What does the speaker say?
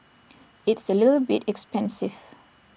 it's A little bit expensive